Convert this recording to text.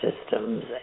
systems